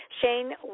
Shane